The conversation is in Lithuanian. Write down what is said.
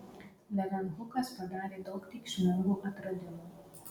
levenhukas padarė daug reikšmingų atradimų